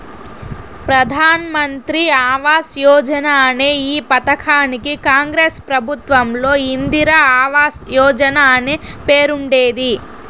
ప్రధాన్ మంత్రి ఆవాస్ యోజన అనే ఈ పథకానికి కాంగ్రెస్ ప్రభుత్వంలో ఇందిరా ఆవాస్ యోజన అనే పేరుండేది